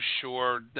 sure